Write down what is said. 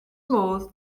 modd